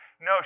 no